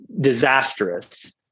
disastrous